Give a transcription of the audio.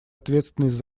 ответственность